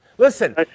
Listen